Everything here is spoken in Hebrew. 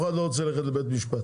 אף אחד לא רוצה ללכת לבית משפט.